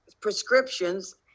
prescriptions